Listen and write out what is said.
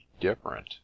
different